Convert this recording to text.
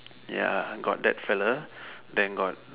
ya got that fellow then got